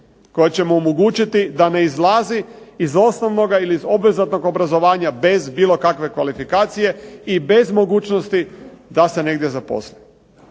koji će mu omogućiti da ne izlazi iz osnovnoga ili iz obvezatnog obrazovanja bez bilo kakve kvalifikacije i bez mogućnosti da se negdje zaposli.